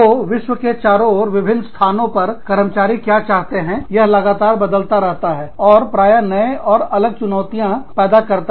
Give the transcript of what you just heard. तो विश्व के चारों ओर विभिन्न स्थान कर्मचारी क्या चाहते हैं यह लगातार बदलता रहता है और प्राय नए और अलग चुनौतियाँ पैदा करता है